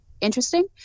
interesting